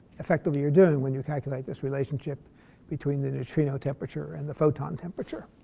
effectively you're doing when you calculate this relationship between the neutrino temperature and the photon temperature.